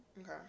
Okay